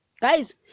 Guys